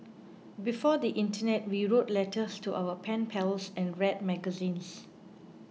before the internet we wrote letters to our pen pals and read magazines